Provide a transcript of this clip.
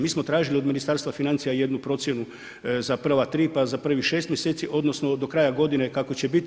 Mi smo tražili od Ministarstva financija jednu procjenu za prva 3, pa za prvih 6 mjeseci odnosno do kraja godine kako će biti.